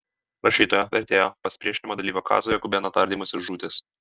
rašytojo vertėjo pasipriešinimo dalyvio kazio jakubėno tardymas ir žūtis